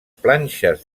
planxes